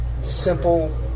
simple